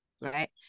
right